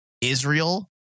Israel